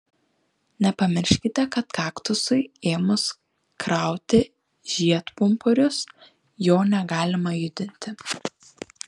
nepamirškite kad kaktusui ėmus krauti žiedpumpurius jo negalima judinti